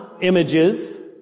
images